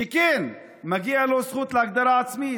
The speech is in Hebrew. שכן מגיעה לו הזכות להגדרה עצמית,